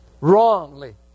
Wrongly